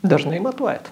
dažnai matuojat